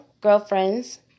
Girlfriends